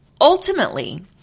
Ultimately